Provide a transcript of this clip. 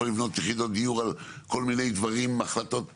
לבנות יחידות דיור בגלל החלטות מפעם?